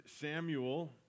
Samuel